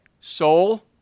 soul